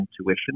intuition